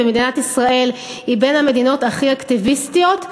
ומדינת ישראל היא בין המדינות הכי אקטיביסטיות,